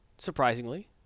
surprisingly